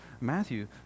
Matthew